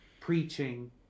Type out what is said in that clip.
preaching